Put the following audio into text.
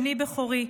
בני בכורי,